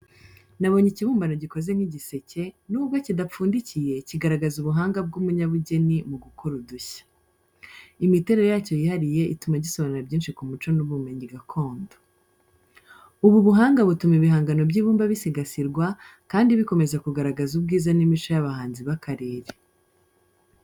Nabonye ikibumbano gikoze nk’igiseke, nubwo kidapfundiye, kigaragaza ubuhanga bw’umunyabugeni mu gukora udushya. Imiterere yacyo yihariye ituma gisobanura byinshi ku muco n’ubumenyi gakondo. Ubu buhanga butuma ibihangano by’ibumba bisigasirwa, kandi bikomeza kugaragaza ubwiza n’imico y’abahanzi b’akarere.